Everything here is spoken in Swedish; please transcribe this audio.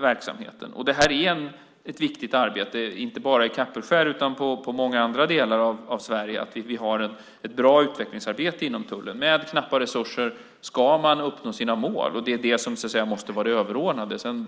verksamheten. Det här är ett viktigt arbete, inte bara i Kapellskär, utan i många andra delar av Sverige. Vi har ett bra utvecklingsarbete inom tullen. Med knappa resurser ska man uppnå sina mål. Det är det som måste vara det överordnade.